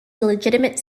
illegitimate